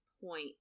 point